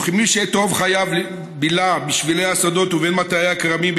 וכמי שאת רוב חייו בילה בשבילי השדות ובין מטעי הכרמים,